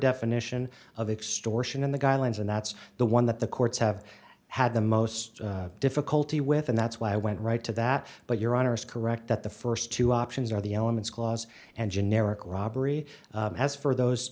definition of extortion in the guidelines and that's the one that the courts have had the most difficulty with and that's why i went right to that but your honor is correct that the st two options are the elements clause and generic robbery as for those